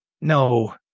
No